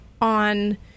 on